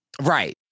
right